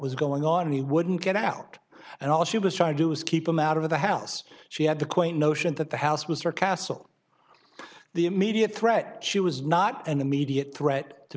was going on he wouldn't get out and all she was trying to do is keep him out of the house she had the quaint notion that the house was her castle the immediate threat she was not an immediate threat to